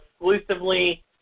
exclusively